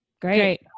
Great